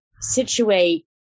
situate